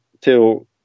till